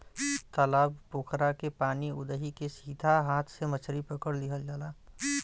तालाब पोखरा के पानी उदही के सीधा हाथ से मछरी पकड़ लिहल जाला